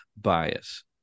bias